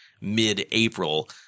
mid-April